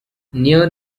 near